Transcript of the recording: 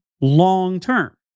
long-term